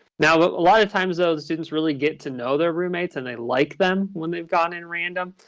now, a lot of times, though, the students really get to know their roommates and they like them when they've gone in random.